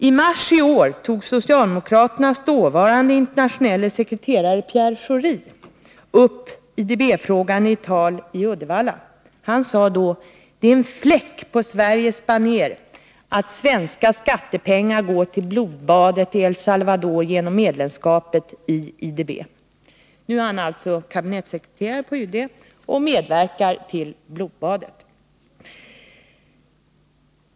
I mars i år tog socialdemokraternas dåvarande internationelle sekreterare Pierre Schori upp IDB-frågan i ett tal som han höll i Uddevalla. Han sade då: ”Det är en fläck på Sveriges banér att svenska skattepengar går till blodbadet i El Salvador genom medlemskapet i Interamerikanska utvecklingsbanken IDB-” ” Nu är han kabinettssekreterare på UD och medverkar till blodbadet.